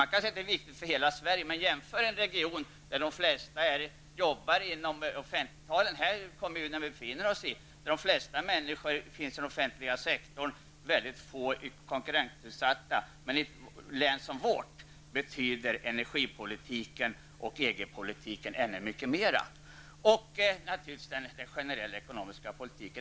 Man kan säga att det är viktigt för hela Sverige, men jämför en region där de flesta människor arbetar inom den offentliga sektorn -- den kommun som vi befinner oss i nu -- och väldigt få i den konkurrensutsatta sektorn med ett län som vårt. För oss betyder energipolitiken och EG-politiken, naturligtvis också den generella ekonomiska politiken, mycket mera.